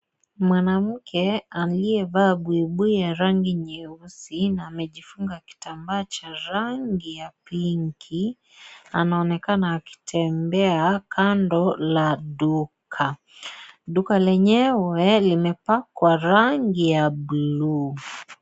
Mwanamke aliyevaa buibui ya rangi nyeusi na amejifunga kitambaa cha rangi ya pinki ,anaonekana akitembea kando la duka, duka lenyewe limepakwa rangi ya bluu.